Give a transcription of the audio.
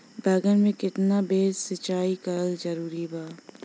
बैगन में केतना बेर सिचाई करल जरूरी बा?